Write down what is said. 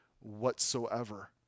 whatsoever